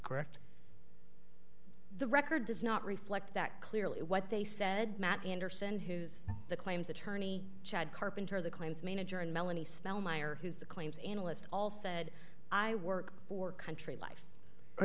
correct the record does not reflect that clearly what they said matt anderson who's the claims attorney chad carpenter the claims manager and melanie spell meyer who's the claims analyst all said i work for country life